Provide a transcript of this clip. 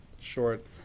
short